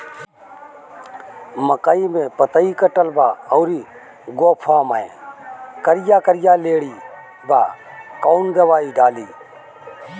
मकई में पतयी कटल बा अउरी गोफवा मैं करिया करिया लेढ़ी बा कवन दवाई डाली?